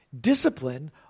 discipline